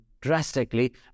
drastically